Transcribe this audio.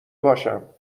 باشم